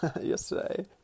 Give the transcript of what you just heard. yesterday